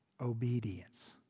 obedience